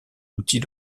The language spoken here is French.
outil